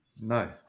No